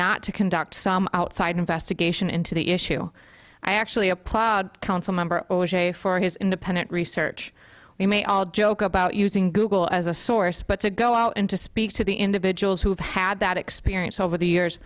not to conduct some outside investigation into the issue i actually applaud council member for his independent research we may all joke about using google as a source but to go out and to speak to the individuals who have had that experience over the years